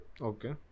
Okay